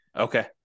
Okay